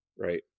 Right